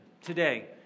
today